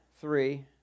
three